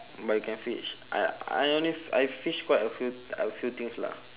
but you can fish I I only f~ I fish quite a few a few things lah